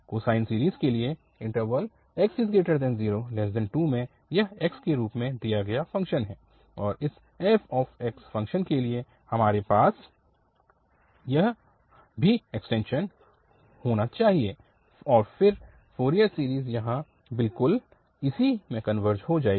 cosine series के लिए interval 0x2 में यह x के रूप में दिया गया फ़ंक्शन है और इस f फ़ंक्शन के लिए हमारे पास यह भी एक्सटेंशन होना चाहिए और फिर फ़ोरियर सीरीज़ यहाँ बिल्कुल इसी में कनवर्ज हो जाएगी